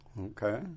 Okay